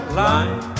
line